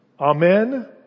Amen